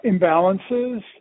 imbalances